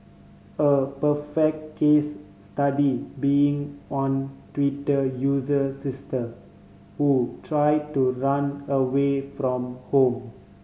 a perfect case study being one Twitter user sister who try to run away from home